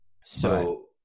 So-